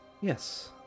yes